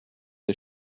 des